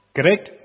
Correct